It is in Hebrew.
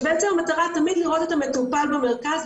כשבעצם המטרה תמיד לראות את המטופל במרכז,